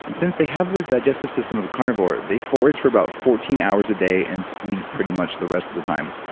and since they have the digestive system of a carnivore they forage for about fourteen hours a day, and sleep pretty much the rest of the time,